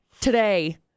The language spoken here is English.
today